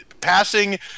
passing